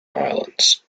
islands